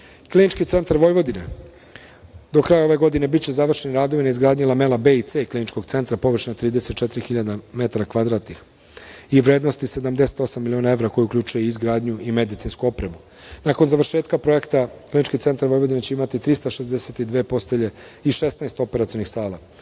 klinike. Klinički centar Vojvodine, do kraja ove godine biće završeni radovi na izgradnji lamela B i C Kliničkog centra, a površine 34.000 metara kvadratnih i vrednosti od 78 miliona evra koji uključuje izgradnju i medicinsku opremu. Nakon završetka projekta, Klinički centar Vojvodine će imati 362 postelje i 16 operacionih sala.